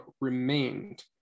remained